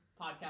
podcast